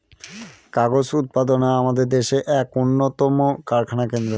কাগজ উৎপাদনা আমাদের দেশের এক উন্নতম কারখানা কেন্দ্র